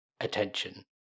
attention